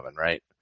right